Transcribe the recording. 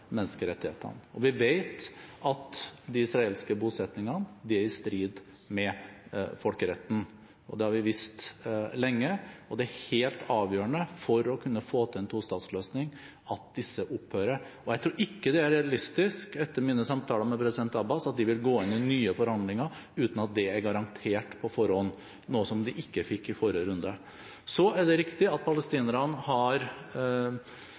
Vi vet at de israelske bosettingene er i strid med folkeretten. Det har vi visst lenge. Det er helt avgjørende for å kunne få til en tostatsløsning at disse opphører. Jeg tror ikke det er realistisk – etter mine samtaler med president Abbas – at de vil gå inn i nye forhandlinger uten at det er garantert på forhånd, noe som de ikke fikk i forrige runde. Så er det riktig at palestinerne har